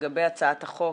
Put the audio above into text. לגבי הצעת החוק